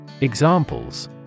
Examples